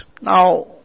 Now